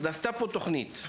נעשתה פה תוכנית.